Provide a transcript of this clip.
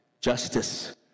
Justice